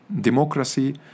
democracy